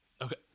Okay